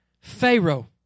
Pharaoh